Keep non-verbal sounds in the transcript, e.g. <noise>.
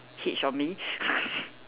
hitch on me <laughs>